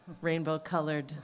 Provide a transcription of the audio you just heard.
rainbow-colored